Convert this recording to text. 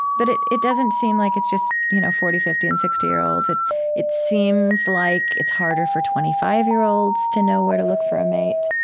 but it it doesn't seem like it's just you know forty, fifty, and sixty year olds. it it seems like it's harder for twenty five year olds to know where to look for a mate.